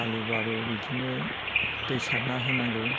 आलुबाबो बिदिनो दै सारना होनांगौ